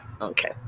Okay